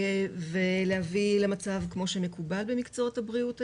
ולהביא למצב כמו שמקובל במקצועות הבריאות היום.